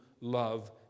love